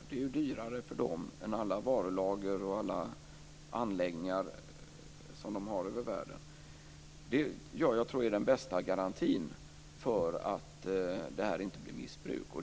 De är mer värdefulla för dem än alla varulager och anläggningar som de har över världen. Det tror jag är den bästa garantin för att detta inte missbrukas.